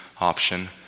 option